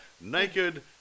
naked